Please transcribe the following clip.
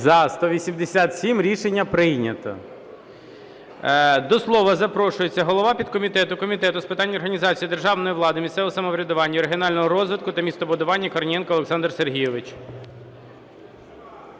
За-187 Рішення прийнято. До слова запрошується голова підкомітету Комітету з питань організації державної влади, місцевого самоврядування, регіонального розвитку та містобудування Корнієнко Олександр Сергійович.